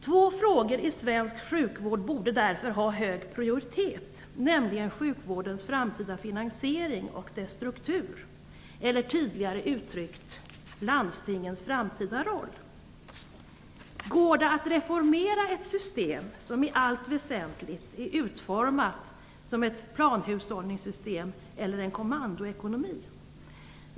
Två frågor i svensk sjukvård borde därför ha hög prioritet, nämligen sjukvårdens framtida finansiering och dess struktur eller, tydligare uttryckt, landstingens framtida roll. Går det att reformera ett system som i allt väsentligt är utformat som ett planhushållningssystem eller en kommandoekonomi?